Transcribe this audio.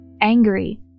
angry